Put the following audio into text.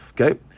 Okay